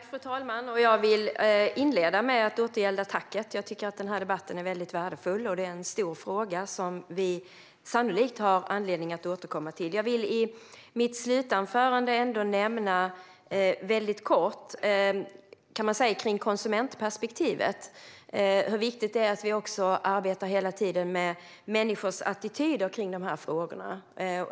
Fru talman! Jag vill inleda med att återgälda tacket. Jag tycker att den här debatten är väldigt värdefull. Det är en stor fråga som vi sannolikt har anledning till att återkomma till. Jag vill i mitt slutanförande ändå väldigt kort nämna konsumentperspektivet. Det är viktigt att vi hela tiden arbetar med människors attityder kring dessa frågor.